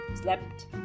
slept